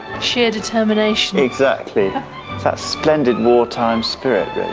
sheer determination! exactly, that splendid wartime spirit!